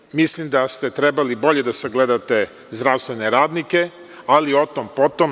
Tako da mislim da ste trebali bolje da sagledate zdravstvene radnike, ali, o tom – po tom.